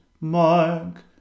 mark